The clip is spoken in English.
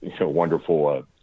wonderful